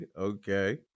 Okay